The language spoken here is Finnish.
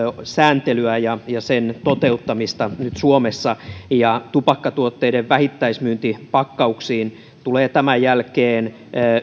sääntelyä ja sen toteuttamista suomessa ja tupakkatuotteiden vähittäismyyntipakkauksiin tulee tämän jälkeen